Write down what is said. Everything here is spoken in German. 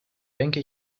denke